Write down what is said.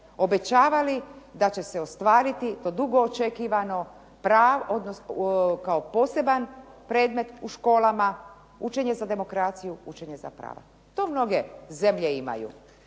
obećavali da će se ostvariti to dugo očekivano kao poseban predmet u školama učenje za demokraciju, učenje za pravo. To mnoge zemlje imaju.